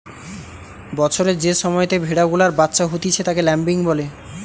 বছরের যে সময়তে ভেড়া গুলার বাচ্চা হতিছে তাকে ল্যাম্বিং বলে